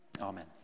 amen